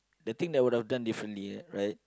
the thing that I would have done differently right